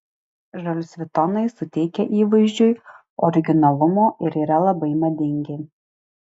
žalsvi tonai suteikia įvaizdžiui originalumo ir yra labai madingi